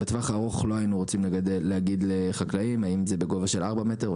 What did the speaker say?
בטווח הארוך לא היינו רוצים להגיד לחקלאים האם זה בגובה של ארבעה מטרים,